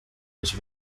was